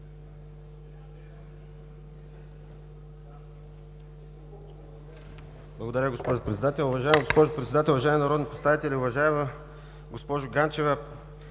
Благодаря, госпожо Председател. Уважаема госпожо Председател, уважаеми народни представители! Уважаема госпожо Ганчева,